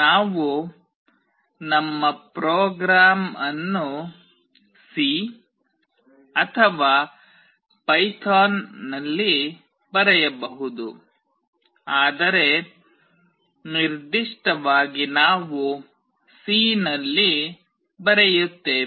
ನಾವು ನಮ್ಮ ಪ್ರೋಗ್ರಾಂ ಅನ್ನು ಸಿ ಅಥವಾ ಪೈಥಾನ್ನಲ್ಲಿ ಬರೆಯಬಹುದು ಆದರೆ ನಿರ್ದಿಷ್ಟವಾಗಿ ನಾವು ಸಿ ನಲ್ಲಿ ಬರೆಯುತ್ತೇವೆ